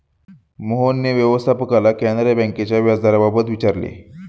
मोहनने व्यवस्थापकाला कॅनरा बँकेच्या व्याजदराबाबत विचारले